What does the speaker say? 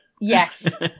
Yes